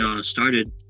started